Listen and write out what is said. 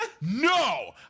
no